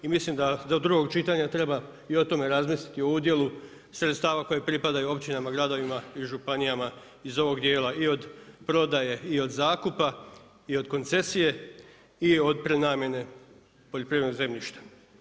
I mislim da do drugog čitanja treba i o tome razmisliti, o udjelu sredstava koje pripadaju općinama, gradovima i županijama iz ovog dijela, i od prodaje i od zakupa i od koncesije i od prenamjene poljoprivrednog zemljišta.